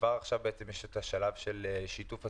כבר עכשיו יש השלב של שיתוף הציבור,